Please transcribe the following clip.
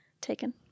taken